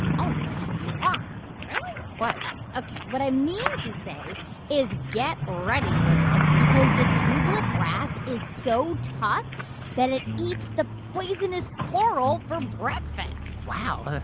oh, man, you are. really? what? ok. what i mean to say is get ready for this because the tubelip wrasse is so tough that it eats the poisonous coral for breakfast wow.